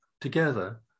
together